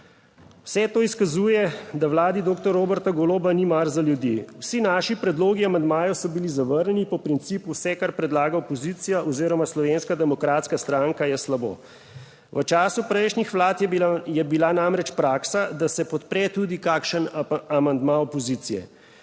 Vse to izkazuje, da Vladi doktor Roberta Goloba ni mar za ljudi. Vsi naši predlogi amandmajev so bili zavrnjeni po principu: vse, kar predlaga opozicija oziroma Slovenska demokratska stranka, je slabo. V času prejšnjih Vlad je bila namreč praksa, da se podpre tudi kakšen amandma opozicije